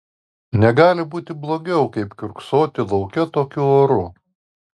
negali būti blogiau kaip kiurksoti lauke tokiu oru